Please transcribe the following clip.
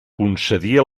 concedir